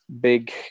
big